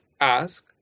ask